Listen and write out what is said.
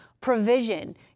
provision